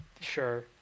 Sure